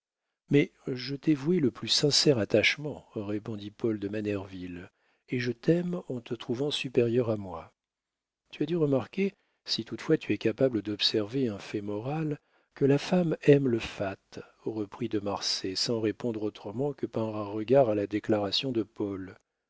mais je t'ai voué le plus sincère attachement répondit paul de manerville et je t'aime en te trouvant supérieur à moi tu as dû remarquer si toutefois tu es capable d'observer un fait moral que la femme aime le fat reprit de marsay sans répondre autrement que par un regard à la déclaration de paul